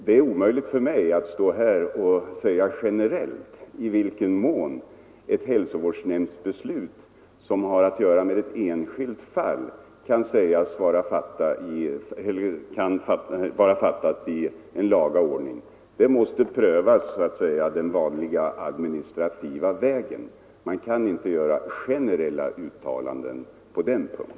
Det är omöjligt för mig att stå här och säga generellt i vilken mån ett hälsovårdsnämndsbeslut, som har att göra med ett enskilt fall, kan vara fattat i laga ordning. Det måste prövas den vanliga administrativa vägen. Man kan inte göra generella uttalanden på den punkten.